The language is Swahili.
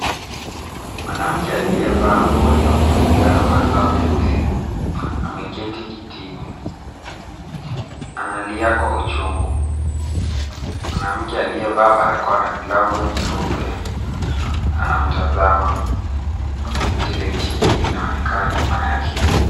Mwanamke aliyevaa nguo nyeupe iliyo na madoa meusi. Ameketi kitini analia kwa uchungu. Mwanamke aliyevaa barakoa na glavu nyeupe anamtazama. Televisheni inaonekana nyuma yake.